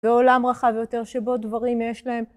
בעולם רחב יותר שבו דברים יש להם.